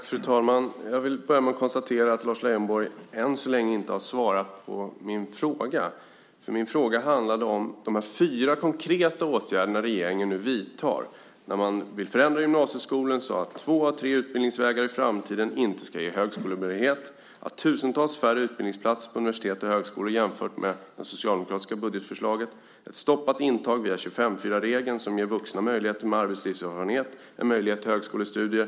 Fru talman! Jag konstaterar att Lars Leijonborg ännu inte har svarat på min fråga. Min fråga handlade om de fyra konkreta åtgärder som regeringen nu vidtar. Man vill förändra gymnasieskolan så att två av tre utbildningsvägar i framtiden inte ska ge högskolebehörighet. Det är tusentals färre utbildningsplatser på universitet och högskola jämfört med det socialdemokratiska budgetförslaget. Det är ett stoppat intag via 25:4-regeln som ger vuxna med arbetslivserfarenhet möjlighet till högskolestudier.